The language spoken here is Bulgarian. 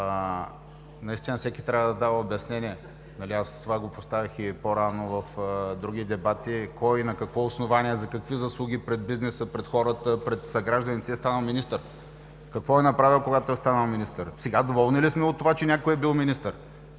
наистина всеки трябва да дава обяснение. Това поставях като въпрос по-рано и в други дебати: кой, на какво основание, за какви услуги пред бизнеса, пред хората, пред съгражданите си е станал министър? Какво е направил, когато е станал министър? Сега доволни ли сме от това, че някой е бил министър?